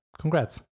congrats